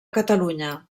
catalunya